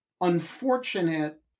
unfortunate